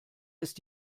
ist